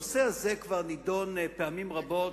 הנושא הזה כבר נדון פעמים רבות,